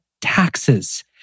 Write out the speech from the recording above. taxes